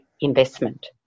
investment